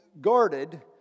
guarded